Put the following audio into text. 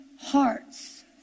hearts